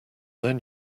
then